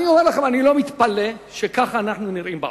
אני אומר לכם שאני לא מתפלא שכך אנחנו נראים בעולם,